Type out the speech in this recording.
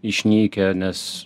išnykę nes